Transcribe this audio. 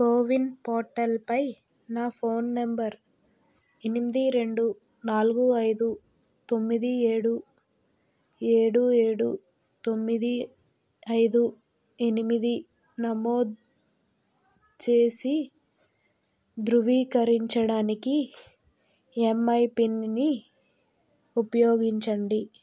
CoWIN పోర్టల్పై నా phone number ఎనిమిది రెండు నాలుగు ఐదు తొమ్మిది ఏడు ఏడు ఏడు తొమ్మిది ఐదు ఎనిమిది నమోదు చేసి ద్రువీకరించడానికి ఎంఐ పిన్ని ఉపయోగించండి